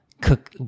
cook